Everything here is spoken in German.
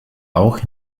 auch